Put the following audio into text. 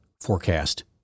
forecast